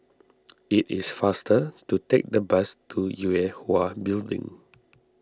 it is faster to take the bus to Yue Hwa Building